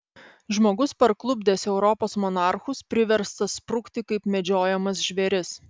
žmogus parklupdęs europos monarchus priverstas sprukti kaip medžiojamas žvėris